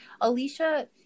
Alicia